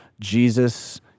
Jesus